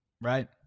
Right